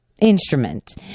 instrument